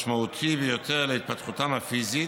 משמעותי ביותר להתפתחותם הפיזית,